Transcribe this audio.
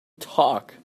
talk